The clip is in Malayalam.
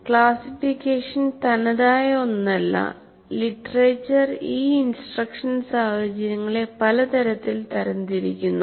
ക്ലാസ്സിഫിക്കേഷൻ തനതായ ഒന്നല്ല ലിറ്ററേച്ചർ ഈ ഇൻസ്ട്രക്ഷൻ സാഹചര്യങ്ങളെ പല തരത്തിൽ തരംതിരിക്കുന്നു